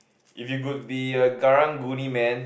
if you could be a Karang-guni man